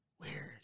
Weird